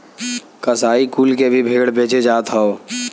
कसाई कुल के भी भेड़ बेचे जात हौ